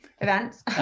events